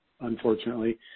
unfortunately